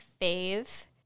fave